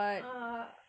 a'ah